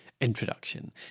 introduction